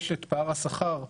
יש את פער השכר,